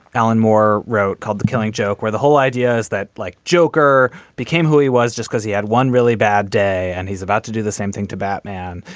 alan moore wrote called the killing joke where the whole idea is that like joker became who he was just because he had one really bad day and he's about to do the same thing to batman.